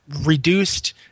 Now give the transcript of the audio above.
reduced